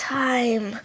time